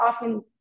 often